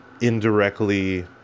indirectly